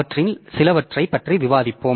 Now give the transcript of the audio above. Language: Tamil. அவற்றில் சிலவற்றைப் பற்றி விவாதிப்போம்